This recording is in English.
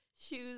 shoes